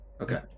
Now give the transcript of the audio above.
Okay